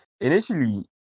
Initially